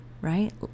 right